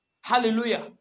Hallelujah